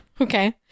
Okay